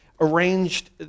arranged